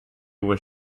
was